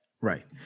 right